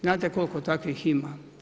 Znate koliko takvih ima?